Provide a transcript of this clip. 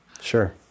Sure